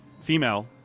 female